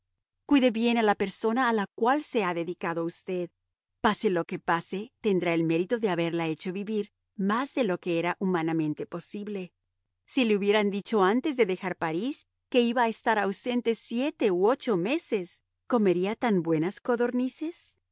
persona a la cual se ha dedicado usted pase lo que pase tendrá el mérito de haberla hecho vivir más de lo que era humanamente posible si le hubieran dicho antes de dejar parís que iba a estar ausente siete u ocho meses comería tan buenas codornices